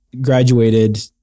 graduated